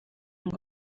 ngo